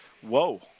Whoa